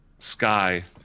Sky